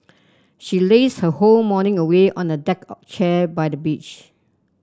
she lazed her whole morning away on a deck of chair by the beach